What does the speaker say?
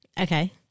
Okay